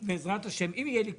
בעזרת השם, אם יהיה לי כוח.